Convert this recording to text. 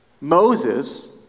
Moses